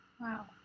Wow